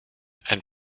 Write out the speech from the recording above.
ein